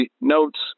notes